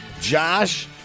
Josh